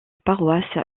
paroisse